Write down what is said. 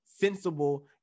sensible